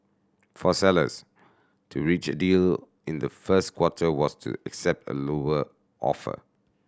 for sellers to reach a deal in the first quarter was to accept a lower offer